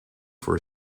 for